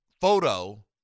photo